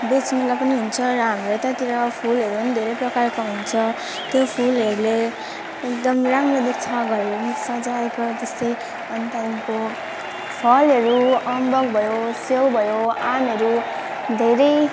बेच्नुलाई पनि हुन्छ र हाम्रो यतातिर फुलहरू पनि धेरै प्रकारको हुन्छ त्यो फुलहरूले एकदम राम्रो देख्छ घरहरू नि सजाएको त्यस्तै अनि त्यहाँदेखिको फलहरू अम्बक भयो स्याउ भयो आँपहरू धेरै